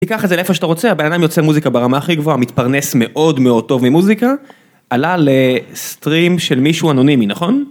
תיקח את זה לאיפה שאתה רוצה, הבן אדם יוצא מוזיקה ברמה הכי גבוהה, מתפרנס מאוד מאוד טוב ממוזיקה. עלה לסטרים של מישהו אנונימי, נכון?